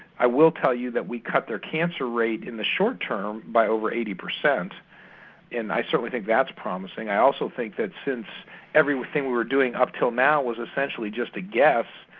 i will tell you that we cut the cancer rate in the short term by over eighty percent and i certainly think that's promising. i also think that since everything we were doing up to now was essentially just a guess.